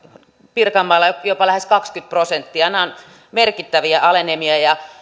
pirkanmaalla jopa lähes kaksikymmentä prosenttia nämä ovat merkittäviä alenemia